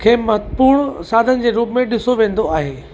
खे महत्वपूर्ण साधन जे रूप में ॾिसो वेंदो आहे